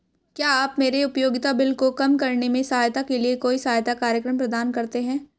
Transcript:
क्या आप मेरे उपयोगिता बिल को कम करने में सहायता के लिए कोई सहायता कार्यक्रम प्रदान करते हैं?